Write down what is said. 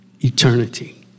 Eternity